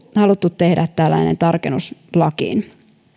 haluttu tehdä tällainen tarkennus lakiin